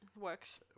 works